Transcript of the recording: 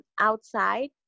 outside